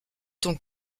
ton